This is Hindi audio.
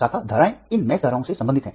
शाखा धाराएं इन मेष धाराओं से संबंधित हैं